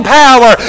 power